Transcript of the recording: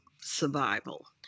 survival